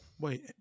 Wait